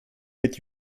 mit